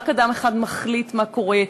רק אדם אחד מחליט מה קורה,